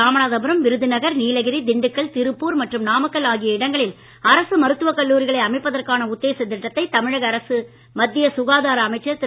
இராமநாதபுரம் விருதுநகர் நீலகிரி திண்டுக்கல் திருப்பூர் மற்றும் நாமக்கல் ஆகிய இடங்களில் அரசு மருத்துவ கல்லூரிகளை அமைப்பதற்கான உத்தேச திட்டத்தை தமிழக அரசு மத்திய சுகாதார அமைச்சர் திரு